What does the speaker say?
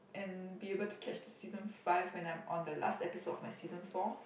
and be able to catch the season five when I'm on the last episode of my season four